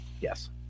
Yes